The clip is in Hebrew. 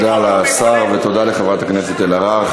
תודה לשר ותודה לחברת הכנסת אלהרר.